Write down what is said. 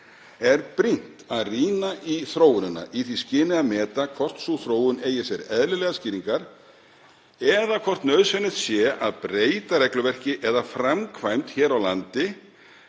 er brýnt að rýna í þróunina í því skyni að meta hvort sú þróun eigi sér eðlilegar skýringar eða hvort nauðsynlegt sé að breyta regluverki eða framkvæmd hér á landi